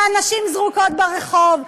והנשים זרוקות ברחוב,